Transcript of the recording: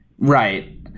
Right